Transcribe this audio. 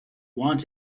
want